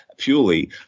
Purely